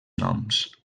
noms